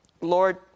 Lord